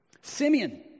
Simeon